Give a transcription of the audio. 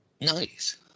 Nice